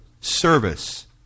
Service